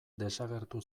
desagertu